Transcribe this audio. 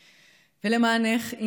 למענך,